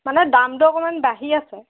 মানে দামটো অকণমান বাঢ়ি আছে